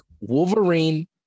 Wolverine